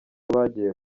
bagiye